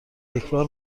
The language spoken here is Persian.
یکبار